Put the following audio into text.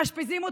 מאשפזים אותו.